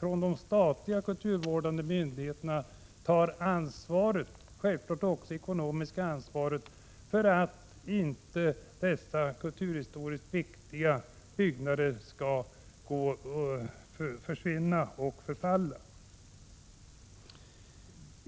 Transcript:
de statliga kulturvårdande myndigheterna i fortsättningen tar ansvaret — självfallet också det ekonomiska — för att inte dessa kulturhistoriskt viktiga byggnader skall försvinna och förfalla.